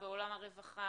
עולם הרווחה,